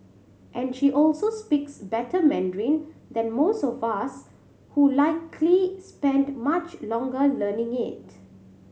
and she also speaks better Mandarin than most of us who likely spent much longer learning it